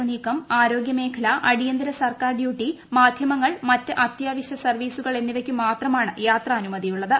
ചരക്ക് നീക്കം ആരോഗ്യമേഖല അടിയന്തിര സർക്കാർ ഡ്യൂട്ടി മാധ്യമങ്ങൾ മറ്റ് അത്യാവശ്യ സർവീസുകൾ എന്നിവയ്ക്ക് മാത്രമാണ് യാത്രാനുമതിയുള്ളത്